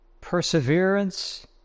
perseverance